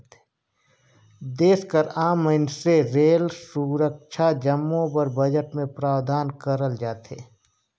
देस कर आम मइनसे रेल, सुरक्छा जम्मो बर बजट में प्रावधान करल जाथे